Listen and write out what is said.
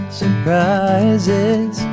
surprises